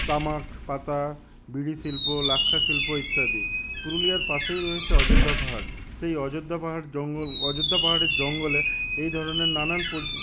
তামাক পাতা বিড়ি শিল্প লাক্ষা শিল্প ইত্যাদি পুরুলিয়ার পাশেই রয়েছে অযোধ্যা পাহাড় সেই অযোধ্যা পাহাড় জঙ্গল অযোধ্যা পাহাড়ের জঙ্গলে এই ধরনের নানান